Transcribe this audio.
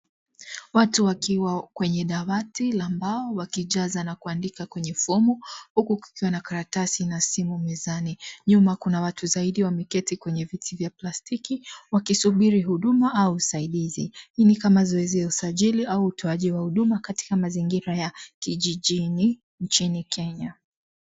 Watu wakiwa kwenye dawati la mbao wakijaza na kuandika kwenye fomu huku kukiwa na karatasi na simu mezani. Nyuma kuna watu zaidi wameketi kwenye viti vya plastiki wakisubiri huduma au usaidizi. Ni kama zoezi ya usajili au utoaji wa huduma katika mazingira ya kijijini nchini Kenya.